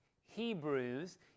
Hebrews